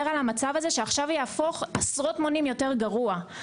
על המצב הזה שעכשיו יהפוך עשרות מונים יותר גרוע.